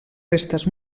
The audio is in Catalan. restes